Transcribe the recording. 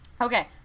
Okay